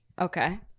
okay